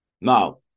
Now